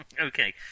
Okay